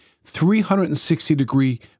360-degree